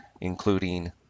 including